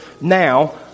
Now